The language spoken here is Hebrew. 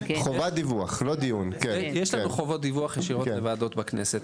חובות דיווח ישירות לוועדות בכנסת.